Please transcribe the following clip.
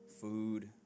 food